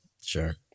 sure